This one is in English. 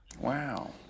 Wow